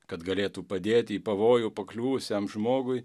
kad galėtų padėti į pavojų pakliuvusiam žmogui